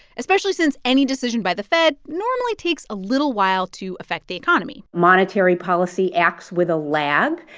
especially since any decision by the fed normally takes a little while to affect the economy monetary policy acts with a lag.